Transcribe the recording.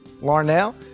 larnell